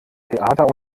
theater